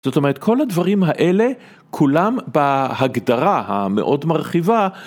זאת אומרת כל הדברים האלה כולם בהגדרה המאוד מרחיבה.